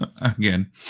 again